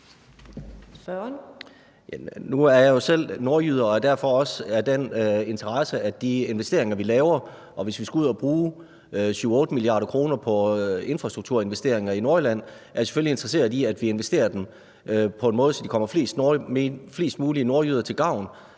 Nu er jeg jo selv nordjyde og har derfor også interesse i de investeringer, vi laver. Og hvis vi skal ud at bruge 7-8 mia. kr. på infrastrukturinvesteringer i Nordjylland, er jeg selvfølgelig interesseret i, at vi investerer dem på en måde, så de kommer flest mulige nordjyder til gavn,